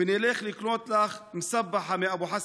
ונלך לקנות לך מסבחה מאבו חסן,